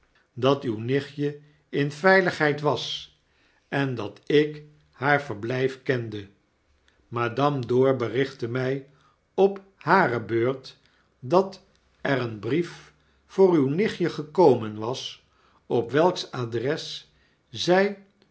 dat uw nichtje in veiligheid was en dat ik haar verblgf kende madame dor berichtte mtj op hare beurt dat er een brief voor uw nichtje gekomen was op welks adres zij